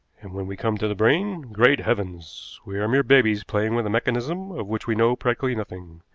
and when we come to the brain, great heavens! we are mere babies playing with a mechanism of which we know practically nothing.